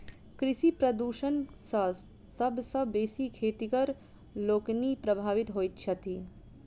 कृषि प्रदूषण सॅ सभ सॅ बेसी खेतिहर लोकनि प्रभावित होइत छथि